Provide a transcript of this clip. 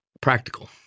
practical